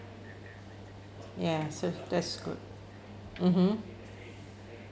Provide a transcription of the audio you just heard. ya so that's good mmhmm